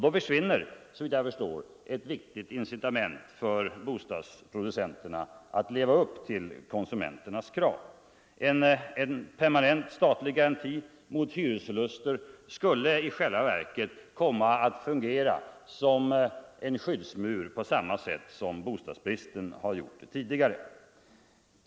Då försvinner såvitt jag förstår ett viktigt incitament för bostadsproducenterna att leva upp till konsumenternas krav. En permanent statlig garanti mot hyresförluster skulle i själva verket komma att fungera som en skyddsmur för bostadsbyggandet, på samma sätt som bostadsbristen tidigare gjort.